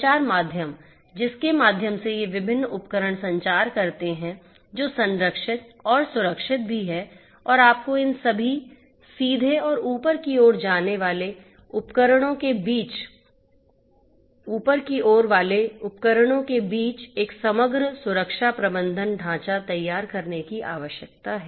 संचार माध्यम जिसके माध्यम से ये विभिन्न उपकरण संचार करते हैं जो संरक्षित और सुरक्षित भी है और आपको इन सभी सीधे और ऊपर की ओर वाले उपकरणों के बीच एक समग्र सुरक्षा प्रबंधन ढांचा तैयार करने की आवश्यकता है